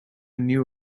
new